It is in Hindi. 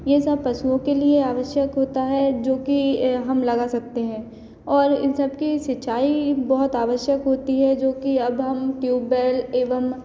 यह सब पशुओं के लिए आवश्यक होता है जो कि हम लगा सकते हैं और इन सब की सिंचाई बहुत आवश्यक होती है जो कि अब हम ट्यूब वेल एवं